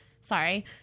Sorry